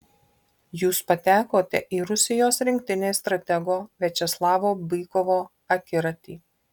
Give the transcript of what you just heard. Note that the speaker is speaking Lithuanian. jūs patekote į rusijos rinktinės stratego viačeslavo bykovo akiratį